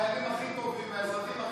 החיילים הכי טובים והאזרחים הכי טובים.